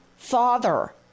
Father